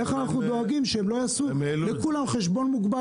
איך אנחנו דואגים שהם לא יעשו לכולם חשבון מוגבל